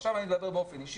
עכשיו אני מדבר באופן אישי.